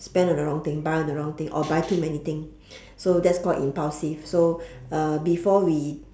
spend on the wrong thing buy on the wrong thing or buy too many thing so that's called impulsive so uh before we